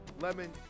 Lemon